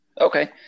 Okay